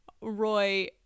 Roy